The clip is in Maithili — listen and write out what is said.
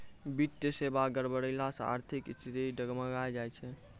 वित्तीय सेबा गड़बड़ैला से आर्थिक स्थिति डगमगाय जाय छै